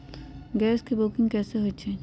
Gas के booking कैसे होईछई?